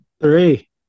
Three